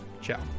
ciao